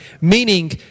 meaning